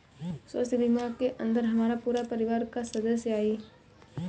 स्वास्थ्य बीमा के अंदर हमार पूरा परिवार का सदस्य आई?